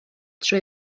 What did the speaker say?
trwy